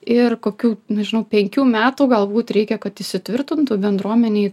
ir kokių nežinau penkių metų galbūt reikia kad įsitvirtintų bendruomenėj